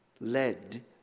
led